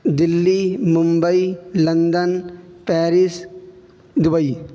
Delhi Mumbai London Paris Dubai